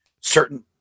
certain